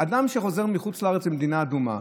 אדם שחוזר מחוץ לארץ ממדינה אדומה,